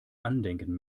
andenken